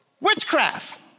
witchcraft